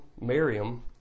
Miriam